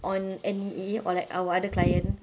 on N_E_A or like our other client